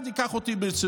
היום ט' בתמוז.